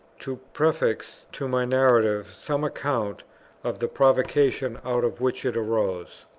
to prefix to my narrative some account of the provocation out of which it arose.